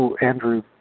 Andrew